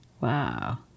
Wow